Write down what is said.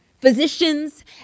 Physicians